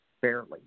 fairly